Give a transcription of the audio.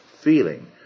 feeling